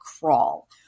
crawl